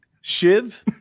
Shiv